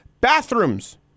Bathrooms